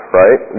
right